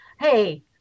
hey